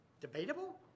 debatable